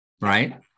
Right